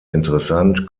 interessant